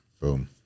boom